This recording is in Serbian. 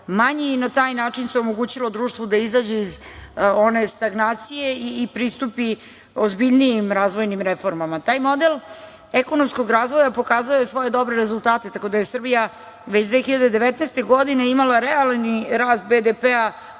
manji i na taj način se omogućilo društvu da izađe iz one stagnacije i pristupi ozbiljnijim razvojnim reformama. Taj model ekonomskog razvoja pokazao je svoje dobre rezultate, tako da je Srbija već 2019. godine imala realni rast BDP-a